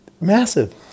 massive